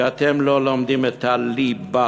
כי אתם לא לומדים את הליבה,